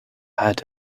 had